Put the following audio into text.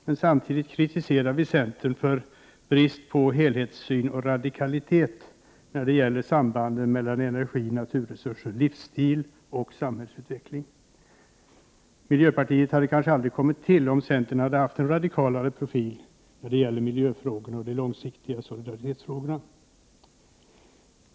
Men samtidigt kritiserar vi centern för dess brist på helhetssyn och radikalitet när det gäller sambanden mellan energi, naturresurser, livsstil och samhällsutveckling. Miljöpartiet hade kanske aldrig kommit till om centern hade haft en radikalare profil i miljöfrågorna och de långsiktiga solidaritetsfrågorna.